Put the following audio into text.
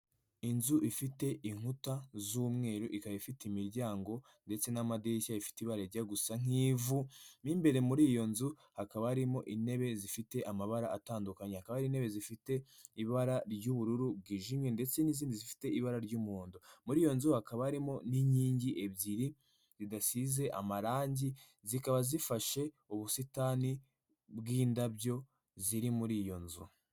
Inzu ifite inkuta z'umweru ikaba ifite imiryango ndetse na madirishya ifite ibara rye gusa nk'ivu mimbere muri iyo nzu hakaba harimo intebe zifite amabara atandukanye akaba intebe zifite ibara ry'ubururu bwijimye ndetse n'izindi zifite ibara ry'umuhondo muri iyo nzu hakaba harimo n'inkingi ebyiri zidasize amarangi zikaba zifashe ubusitani bw'indabyo ziri muri iyo nzu.